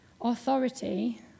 authority